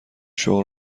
شغل